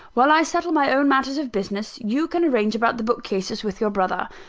while i settle my own matters of business, you can arrange about the bookcases with your brother.